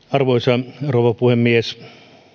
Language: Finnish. arvoisa rouva puhemies